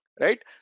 Right